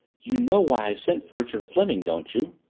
you know why i sent for richard fleming, don't you?